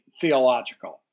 theological